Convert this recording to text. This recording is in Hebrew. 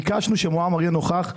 ביקשנו שמועמר יהיה נוכח,